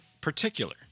particular